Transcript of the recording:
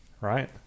Right